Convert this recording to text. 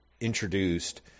introduced